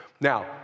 Now